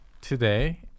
today